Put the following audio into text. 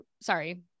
sorry